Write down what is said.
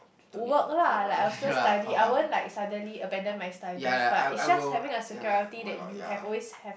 work lah like I'll still study I won't like suddenly abandon my studies but is just having a security that you have always have